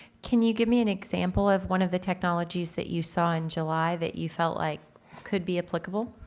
can you give me an example of one of the technologies that you saw in july that you felt like could be applicable?